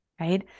right